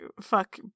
fuck